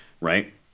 right